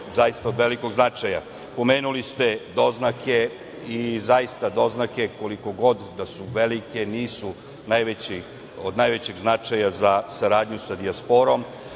zaista od velikog značaja. Pomenuli ste doznake. Zaista, doznake koliko god da su velike nisu od najvećeg značaja za saradnju sa dijasporom,